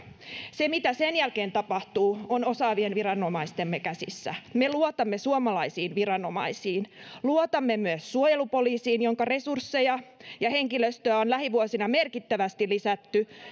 se mitä sen jälkeen tapahtuu on osaavien viranomaistemme käsissä me luotamme suomalaisiin viranomaisiin luotamme myös suojelupoliisiin jonka resursseja ja henkilöstöä on lähivuosina merkittävästi lisätty